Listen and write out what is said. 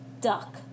Duck